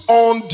on